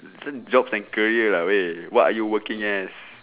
isn't jobs and career lah way what are you working as